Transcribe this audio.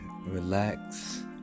relax